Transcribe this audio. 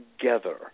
together